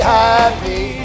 happy